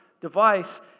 device